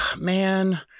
man